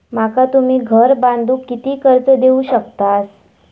माका तुम्ही घर बांधूक किती कर्ज देवू शकतास?